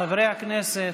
חברי הכנסת.